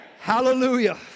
Hallelujah